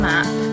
Map